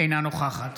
אינה נוכחת